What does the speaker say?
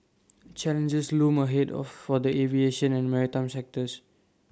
challenges loom ahead of for the aviation and maritime sectors